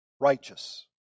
righteous